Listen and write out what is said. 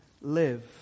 live